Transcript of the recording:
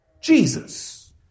Jesus